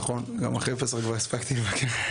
נכון, גם אחרי פסח כבר הספקתי לבקר.